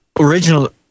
original